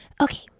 Okay